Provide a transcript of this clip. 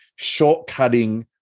shortcutting